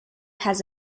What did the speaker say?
has